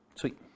Sweet